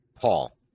Paul